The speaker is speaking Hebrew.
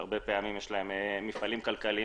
שהרבה פעמים יש להם מפעלים כלכליים